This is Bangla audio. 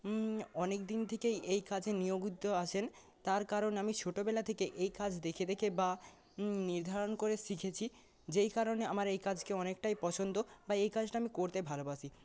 অনেক দিন থেকেই এই কাজে নিয়জিত আছেন তার কারণ আমি ছোটো বেলা থেকে এই কাজ দেখে দেখে বা নির্ধারণ করে শিখেছি যেই কারণে আমার এই কাজকেও অনেকটাই পছন্দ বা এই কাজটা আমি করতে ভালোবাসি